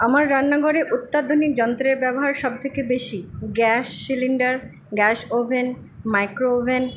আমার রান্নাঘরে অত্যাধুনিক যন্ত্রের ব্যবহার সবথেকে বেশি gas cylinder gas oven microwave oven